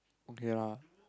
okay lah